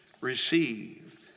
received